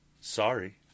Sorry